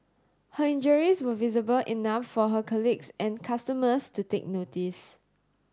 her injuries were visible enough for her colleagues and customers to take notice